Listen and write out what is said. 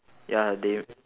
ya they